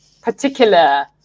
particular